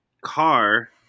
car